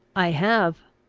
i have.